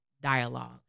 dialogue